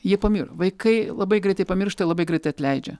ji pamir vaikai labai greitai pamiršta ir labai greitai atleidžia